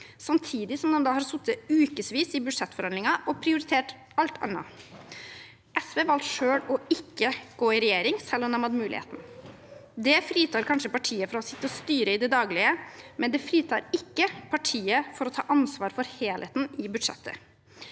samtidig som de har sittet ukevis i budsjettforhandlinger og prioritert alt annet. SV valgte selv ikke å gå i regjering, selv om de hadde muligheten. Det fritar kanskje partiet fra å sitte og styre i det daglige, men det fritar ikke partiet fra å ta ansvar for helheten i budsjettet.